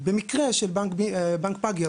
במקרה של בנק פאגי,